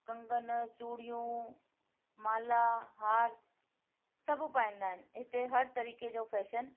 कंगन चुड़ियूं माला हार सभु पाईंदा आहिनि हिते हर तरीक़े जो फैशन